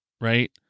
right